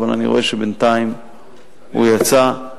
אבל אני רואה שבינתיים הוא יצא,